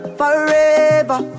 forever